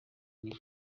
new